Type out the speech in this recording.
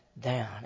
down